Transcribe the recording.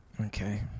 okay